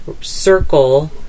circle